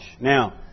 Now